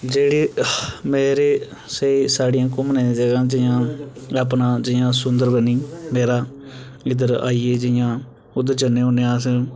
जेह्ड़े मेरे स्हेई सारियां घूमनै दियां जगहां न जियां अपना जियां सुंदरबनी मेरा इद्धर आई गे जियां उद्धर जन्ने होन्ने अस